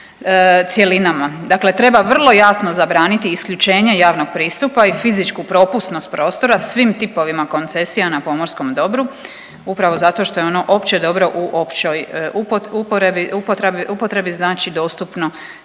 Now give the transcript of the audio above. cjelinama, dakle treba vrlo jasno zabraniti isključenje javnog pristupa i fizičku propusnost prostora svim tipovima koncesija na pomorskom dobru upravo zato što je ono opće dobro u općoj upo…, uporabi,